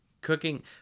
cooking